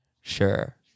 Sure